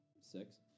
Six